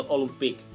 Olympic